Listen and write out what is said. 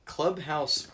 Clubhouse